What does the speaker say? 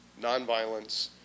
nonviolence